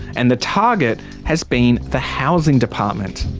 and the target has been the housing department.